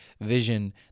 vision